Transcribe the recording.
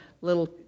little